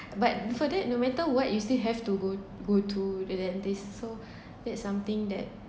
but before that no matter what you still have to go go to the dentist so that's something that